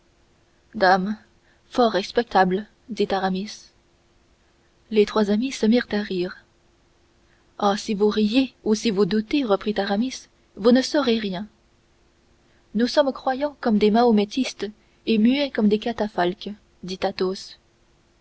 fort respectable dit aramis les trois amis se mirent à rire ah si vous riez ou si vous doutez reprit aramis vous ne saurez rien nous sommes croyants comme des mahométistes et muets comme des catafalques